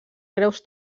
creus